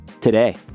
today